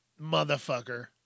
motherfucker